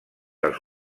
als